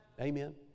Amen